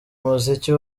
umuziki